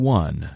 one